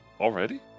Already